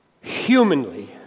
humanly